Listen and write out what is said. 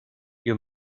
you